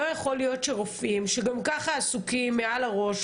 לא יכול להיות שרופאים שגם ככה עסוקים מעל הראש,